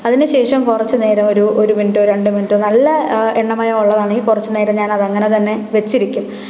അതിനുശേഷം കുറച്ചു നേരം ഒരു ഒരു മിനിറ്റോ രണ്ടു മിനിറ്റോ നല്ല എണ്ണമയം ഉള്ളതാണെങ്കിൽ കുറച്ചു നേരം ഞാൻ അതങ്ങനെ തന്നെ വെച്ചിരിക്കും